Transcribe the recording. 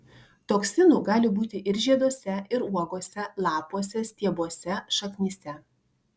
toksinų gali būti ir žieduose ir uogose lapuose stiebuose šaknyse